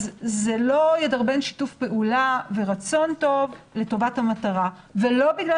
זה לא ידרבן שיתוף פעולה ורצון טוב לטובת המטרה ולא בגלל